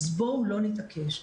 אז בואו לא נתעקש.